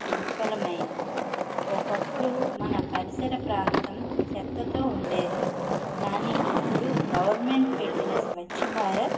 విఫలమైంది ఒకప్పుడు మన పరిసర ప్రాంతం చెత్తతో ఉండేది కానీ ఇప్పుడు గవర్నమెంట్ పెట్టిన స్వచ్ఛభారత్